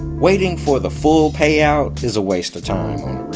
waiting for the full payout is a waste of time